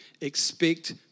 expect